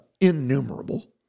innumerable